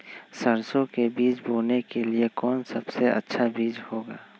सरसो के बीज बोने के लिए कौन सबसे अच्छा बीज होगा?